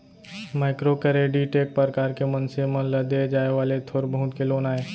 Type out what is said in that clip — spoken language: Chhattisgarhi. माइक्रो करेडिट एक परकार के मनसे मन ल देय जाय वाले थोर बहुत के लोन आय